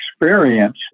experience